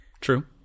True